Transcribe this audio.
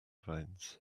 veins